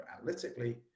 analytically